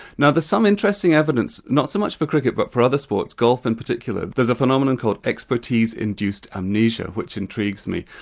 now there's some interesting evidence, evidence, not so much for cricket but for other sports, golf in particular, there's a phenomenon called expertise-induced amnesia, which intrigues me.